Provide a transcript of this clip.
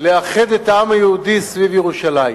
לאחד את העם היהודי סביב ירושלים.